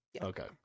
Okay